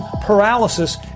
paralysis